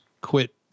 Quit